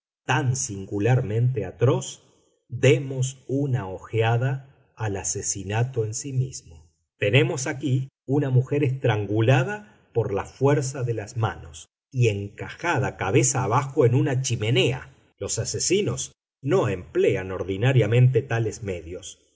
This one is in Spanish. tan singularmente atroz demos una ojeada al asesinato en sí mismo tenemos aquí una mujer estrangulada por la fuerza de las manos y encajada cabeza abajo en una chimenea los asesinos no emplean ordinariamente tales medios